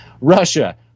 Russia